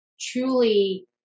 truly